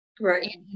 Right